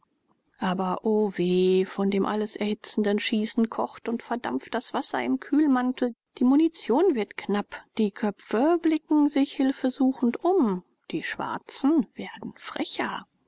aber o weh von dem alles erhitzenden schießen kocht und verdampft das wasser im kühlmantel die munition wird knapp die köpfe blicken sich hilfesuchend um die schwarzen werden frecher